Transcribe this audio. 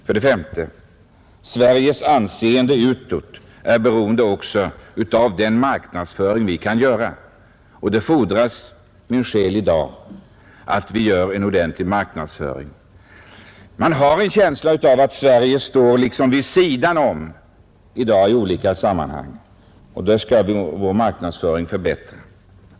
För det femte är Sveriges anseende utåt också beroende av vår marknadsföring, och i dag fordras det min själ att vi har en ordentlig marknadsföring! Man har en känsla av att Sverige liksom står vid sidan om i olika sammanhang. Det skall vår marknadsföring förbättra.